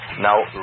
Now